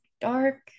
dark